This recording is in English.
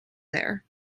there